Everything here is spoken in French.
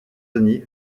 denis